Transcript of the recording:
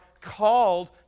called